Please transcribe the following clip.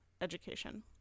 education